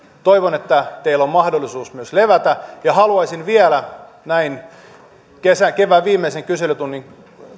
toivon että teillä on mahdollisuus myös levätä ja haluaisin vielä näin kevään viimeisen kyselytunnin